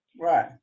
right